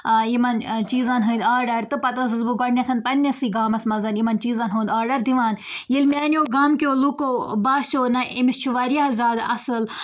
آ یِمن چیٖزَن ہٕنٛدۍ آرڈر تہٕ پَتہٕ ٲسٕس بہٕ گۄڈٕنٮ۪تھ پَننِسٕے گامَس منٛز یِمن چیٖزَن ہُنٛد آرڈر دِوان ییٚلہِ میٛانٮ۪و گامکیو لُکو باسیو نہَ أمِس چھُ واریاہ زیادٕ اَصٕل